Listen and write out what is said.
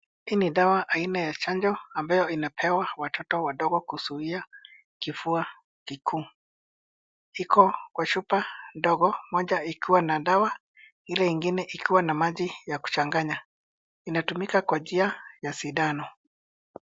Hii ni dawa aina ya chanjo ambayo inapewa watoto wadogo kuzuia kifua kikuu. Kiko kwa chupa ndogo, moja ikiwa na dawa, ile ingine ikiwa na maji ya kuchanganya. Inatumika kwa njia ya sindano.